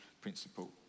principle